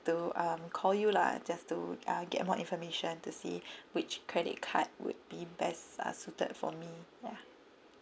to um call you lah just to uh get more information to see which credit card would be best uh suited for me ya